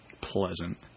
Pleasant